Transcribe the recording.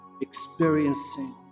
experiencing